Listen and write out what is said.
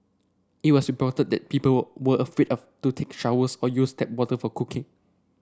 it was reported that people were were afraid of to take showers or use tap water for cooking